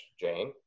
Jane